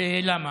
ולמה?